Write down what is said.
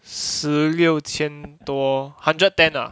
十六千多 hundred ten ah